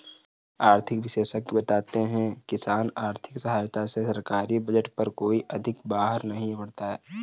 आर्थिक विशेषज्ञ बताते हैं किसान आर्थिक सहायता से सरकारी बजट पर कोई अधिक बाहर नहीं पड़ता है